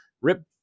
Rip